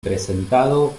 presentado